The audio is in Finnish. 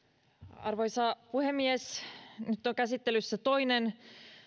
arvoisa puhemies nyt on käsittelyssä toinen